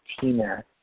Tina